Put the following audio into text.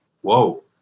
Whoa